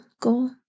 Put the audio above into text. goal